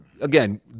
again